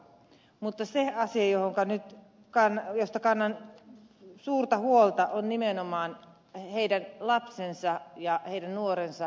mutta se asia josta kannan suurta huolta on nimenomaan heidän lapsensa ja heidän nuorensa